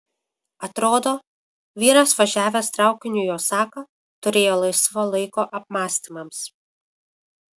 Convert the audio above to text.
atrodo vyras važiavęs traukiniu į osaką turėjo laisvo laiko apmąstymams